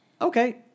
Okay